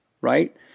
Right